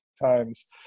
times